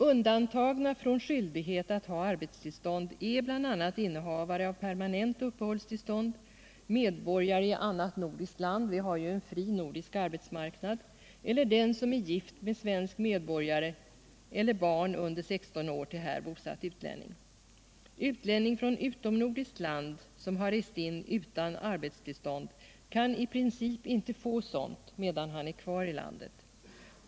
Undantagna från skyldighet att ha arbetstillstånd är bl.a. innehavare av permanent uppehållstillstånd, medborgare i annat nordiskt land — vi har ju en fri nordisk arbetsmarknad — och den som är gift med svensk medborgare samt barn under 16 år till här bosatt utlänning. Utlänning från utomnordiskt land som har rest in utan arbetstillstånd kan i princip inte få sådant medan han är kvar i landet.